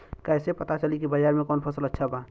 कैसे पता चली की बाजार में कवन फसल अच्छा बा?